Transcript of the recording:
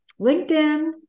LinkedIn